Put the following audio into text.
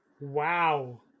Wow